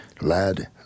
Lad